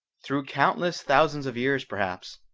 through countless thousands of years, perhaps,